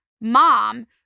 mom